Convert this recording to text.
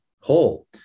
whole